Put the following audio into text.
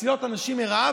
מצילות אנשים מרעב.